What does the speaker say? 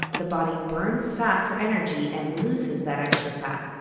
the body burns fat for energy and loses that extra fat.